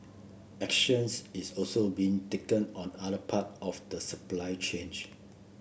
actions is also being taken on other part of the supply change